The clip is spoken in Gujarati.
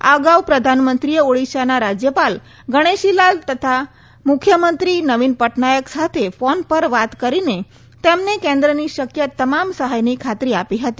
આ અગાઉ પ્રધાનમંત્રીએ ઓડિશાના રાજ્યપાલ ગણેશીલાલ અને મુખ્યમંત્રી નવીન પટનાયક સાથે ફોન પર વાત કરીને તેમને કેન્દ્રની શક્ય તમામ સહાયની ખાતરી આપી હતી